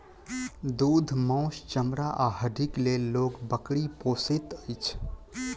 दूध, मौस, चमड़ा आ हड्डीक लेल लोक बकरी पोसैत अछि